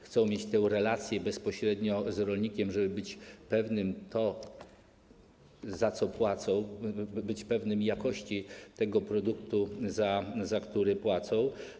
Chcą mieć tę relację bezpośrednio z rolnikiem, żeby być pewnymi tego, za co płacą, żeby być pewnymi jakości tego produktu, za który płacą.